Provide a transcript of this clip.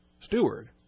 Steward